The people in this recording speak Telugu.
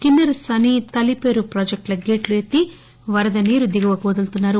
కిస్పె రసాని తాలిపేరు ప్రాజెక్టుల గేట్లు ఎత్తి వరద నీరు దిగువకు వదులుతున్నారు